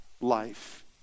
life